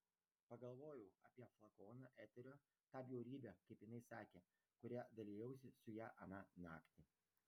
pagalvojau apie flakoną eterio tą bjaurybę kaip jinai sakė kuria dalijausi su ja aną naktį